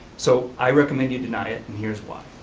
so i recommend you deny it, and here's why.